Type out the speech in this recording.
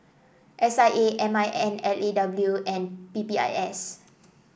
S I A M I N L A W and P P I S